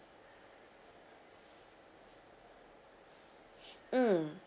mm